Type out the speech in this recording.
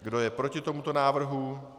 Kdo je proti tomuto návrhu?